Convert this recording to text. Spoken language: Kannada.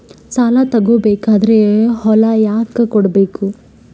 ಸಾಲ ತಗೋ ಬೇಕಾದ್ರೆ ಹೊಲ ಯಾಕ ಕೊಡಬೇಕು?